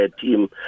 team